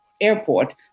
airport